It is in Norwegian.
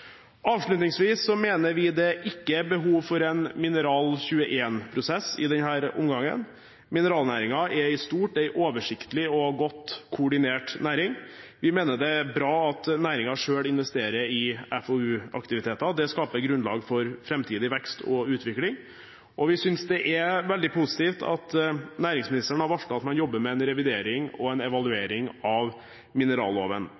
mener vi det ikke er behov for en mineral-21-prosess i denne omgang. Mineralnæringen er en stor, oversiktlig og godt koordinert næring. Vi mener det er bra at næringen selv investerer i FoU-aktiviteter. Det skaper grunnlag for framtidig vekst og utvikling. Vi synes det er veldig positivt at næringsministeren har varslet at man jobber med en revidering og en evaluering av mineralloven.